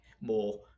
more